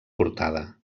portada